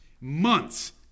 months